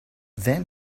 then